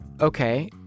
Okay